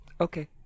Okay